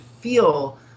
feel